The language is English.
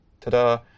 Ta-da